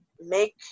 make